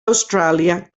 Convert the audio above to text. australia